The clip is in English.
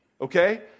Okay